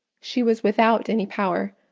she was without any power,